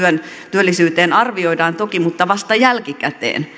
työllisyyteen arvioidaan toki mutta vasta jälkikäteen